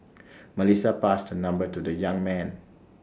Melissa passed her number to the young man